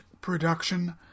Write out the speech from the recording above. production